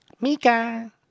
Mika